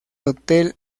hotel